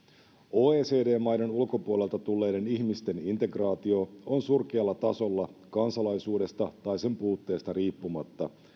oecd maiden ulkopuolelta tulleiden ihmisten integraatio on surkealla tasolla kansalaisuudesta tai sen puutteesta riippumatta